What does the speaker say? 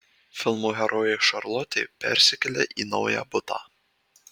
filmo herojė šarlotė persikelia į naują butą